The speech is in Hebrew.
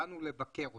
באנו לבקר אותך.